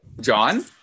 John